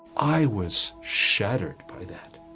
i was shattered, by, that